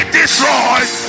destroyed